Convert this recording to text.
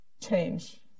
change